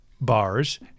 bars